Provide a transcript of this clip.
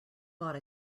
bought